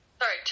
Sorry